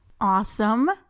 Awesome